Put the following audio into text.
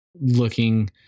looking